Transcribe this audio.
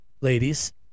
Ladies